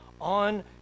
on